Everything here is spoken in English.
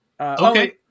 Okay